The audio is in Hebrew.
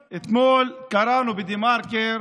חברים, אתמול קראנו בדה-מרקר